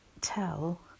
tell